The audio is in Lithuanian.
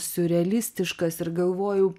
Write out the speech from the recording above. siurrealistiškas ir galvojau